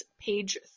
Page